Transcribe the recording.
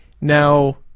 Now